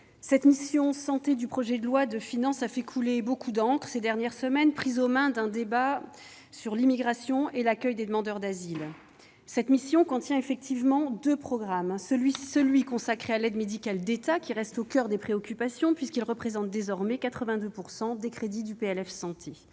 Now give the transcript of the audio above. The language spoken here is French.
cette mission « Santé » du projet de loi de finances a fait couler beaucoup d'encre au cours des dernières semaines, prise au coeur d'un débat sur l'immigration et l'accueil des demandeurs d'asile. Cette mission contient effectivement deux programmes. Celui qui est consacré à l'aide médicale de l'État reste au coeur des préoccupations, puisqu'il représente désormais 82 % des crédits de la